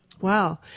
Wow